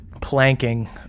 planking